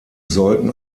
sollten